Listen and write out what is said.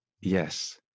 yes